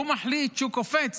והוא מחליט שהוא קופץ,